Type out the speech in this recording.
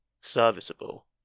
Serviceable